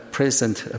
Present